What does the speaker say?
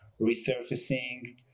resurfacing